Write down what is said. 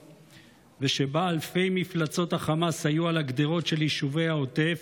ושבה אלפי מפלצות חמאס היו על הגדרות של יישובי העוטף,